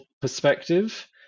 perspective